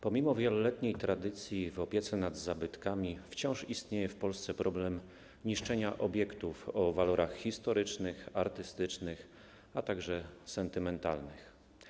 Pomimo wieloletniej tradycji w zakresie opieki nad zabytkami wciąż istnieje w Polsce problem niszczenia obiektów o walorach historycznych, artystycznych, a także sentymentalnych.